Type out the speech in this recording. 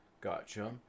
gotcha